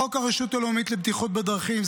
חוק הרשות הלאומית לבטיחות בדרכים,